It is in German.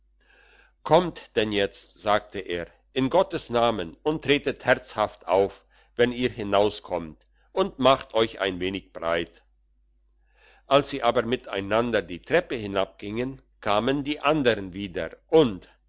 kommt denn jetzt sagte er in gottes namen und tretet herzhaft auf wenn ihr hinaus kommt und macht euch ein wenig breit als sie aber miteinander die treppe hinabgingen kamen die andern wieder und